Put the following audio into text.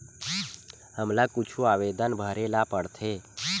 हमला कुछु आवेदन भरेला पढ़थे?